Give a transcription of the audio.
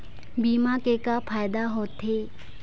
बीमा के का फायदा होते?